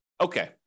okay